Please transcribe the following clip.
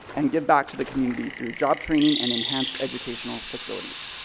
and give back to the community, through job training and enhanced educational facilities.